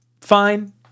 fine